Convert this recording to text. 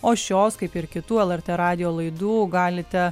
o šios kaip ir kitų lrt radijo laidų galite